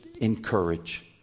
encourage